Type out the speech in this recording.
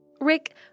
Rick